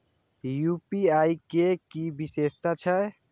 UPI के कि विषेशता छै?